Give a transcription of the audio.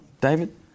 David